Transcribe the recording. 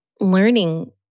Learning